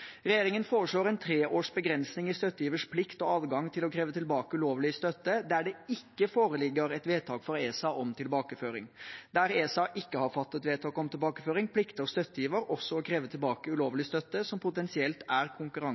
Regjeringen foreslår en treårsbegrensning i støttegivers plikt og adgang til å kreve tilbake ulovlig støtte der det ikke foreligger et vedtak fra ESA om tilbakeføring. Der ESA ikke har fattet vedtak om tilbakeføring, plikter støttegiver også å kreve tilbake ulovlig støtte som potensielt er